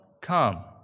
come